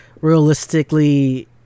realistically